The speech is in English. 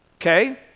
Okay